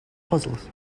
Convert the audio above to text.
puzzles